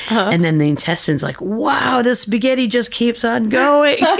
and then the intestines, like, wow this spaghetti just keeps on going!